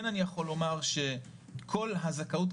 כן אני יכול לומר שכל הזכאות,